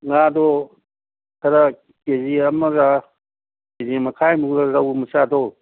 ꯉꯥꯗꯣ ꯈꯔ K G ꯑꯃꯔꯥ ꯀꯦ ꯖꯤ ꯃꯈꯥꯏꯃꯨꯛꯂ ꯔꯧ ꯃꯆꯥꯗꯣ